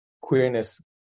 queerness